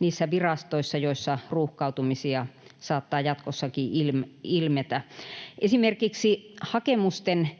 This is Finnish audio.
niissä virastoissa, joissa ruuhkautumisia saattaa jatkossakin ilmetä. Esimerkiksi hakemusten